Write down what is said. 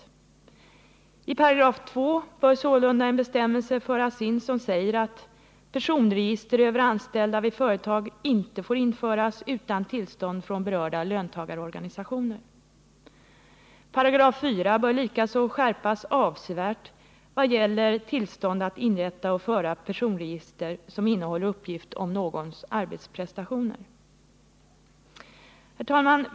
I 2 § bör sålunda en bestämmelse intas som säger att personregister över anställda vid företag inte får införas utan tillstånd från berörda löntagarorganisationer. 4 § bör likaså skärpas avsevärt vad det gäller tillstånd att inrätta och föra personregister som innehåller uppgift om någons arbetsprestationer. Herr talman!